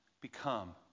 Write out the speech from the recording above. become